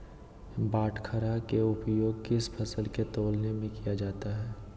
बाटखरा का उपयोग किस फसल को तौलने में किया जाता है?